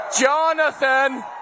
Jonathan